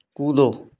कूदो